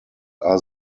are